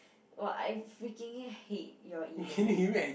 !wah! I freaking hate your ego